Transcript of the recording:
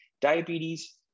diabetes